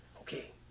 okay